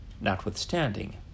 Notwithstanding